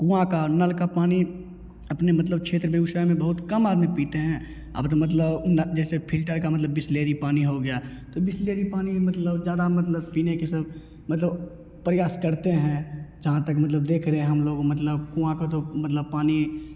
कुआँ का नल का पानी अपने मतलब क्षेत्र बेगुसराय में बहुत कम आदमी पीते हैं अब तो मतलब नल जैसे फिल्टर का मतलब बिसलेरी पानी हो गया तो बिसलेरी पानी मतलब ज़्यादा मतलब पीने के सब मतलब प्रयास करते हैं जहाँ तक मतलब देख रहें हैं हम लोग मतलब कुआँ का तो मतलब पानी